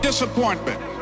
disappointment